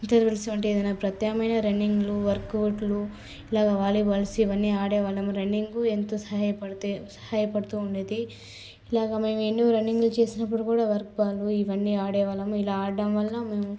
intervals వంటి ఏదన్నా ప్రత్యామ్నాయ రన్నింగ్లు వర్కౌట్లు ఇలాగ వాలీబాల్స్ ఇవన్నీ ఆడే వాళ్ళము రన్నింగు ఎంతో సహాయపడతె సహాయపడతు ఉండేది ఇలాగ మేము ఎన్నో రన్నింగులు చేసినప్పుడు కూడా వర్క్బాలు ఇవన్నీ ఆడేవాళ్ళము ఇలా ఆడడం వల్ల మేము